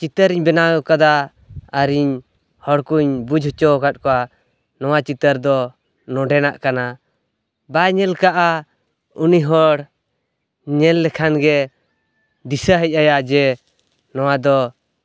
ᱪᱤᱛᱟᱹᱨᱤᱧ ᱵᱮᱱᱟᱣᱠᱟᱫᱟ ᱟᱨᱤᱧ ᱦᱚᱲᱠᱚᱧ ᱵᱩᱡᱷ ᱚᱪᱚᱣᱠᱟᱫ ᱠᱚᱣᱟ ᱱᱚᱣᱟ ᱪᱤᱛᱟᱹᱨᱫᱚ ᱱᱚᱰᱮᱱᱟᱜ ᱠᱟᱱᱟ ᱵᱟᱭ ᱧᱮᱞᱠᱟᱜᱼᱟ ᱩᱱᱤᱦᱚᱲ ᱧᱮᱞ ᱞᱮᱠᱷᱟᱱᱜᱮ ᱫᱤᱥᱟᱹ ᱦᱮᱡ ᱟᱭᱟ ᱡᱮ ᱱᱚᱣᱟ ᱫᱚ